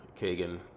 Kagan